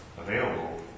available